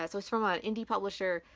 ah so it's from ah an indie publisher,